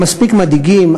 הם מספיק מדאיגים,